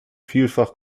vielfach